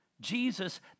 Jesus